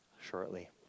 shortly